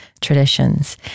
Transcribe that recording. traditions